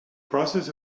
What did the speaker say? process